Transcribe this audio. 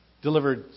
delivered